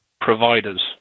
providers